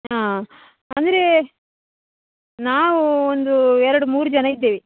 ಹಾಂ ಅಂದರೆ ನಾವು ಒಂದು ಎರಡು ಮೂರು ಜನ ಇದ್ದೇವೆ